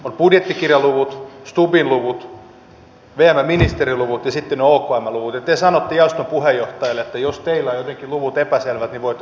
on budjettikirjaluvut stubbin luvut vmn ministerin luvut ja sitten on okmn luvut ja te sanotte jaoston puheenjohtajalle että jos ovat jotenkin luvut epäselvät niin voitte tulla hakemaan